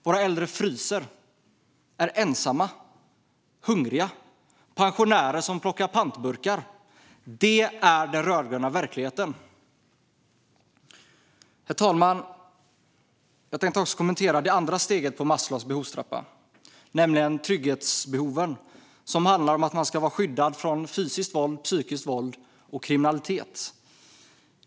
Våra äldre fryser, är ensamma och hungriga. Det finns pensionärer som plockar pantburkar. Det är den rödgröna verkligheten. Herr talman! Jag tänkte också kommentera det andra steget på Maslows behovstrappa, nämligen trygghetsbehoven. Det handlar om att man ska vara skyddad från fysiskt våld, psykiskt våld och kriminalitet.